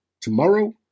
tomorrow